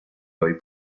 hoy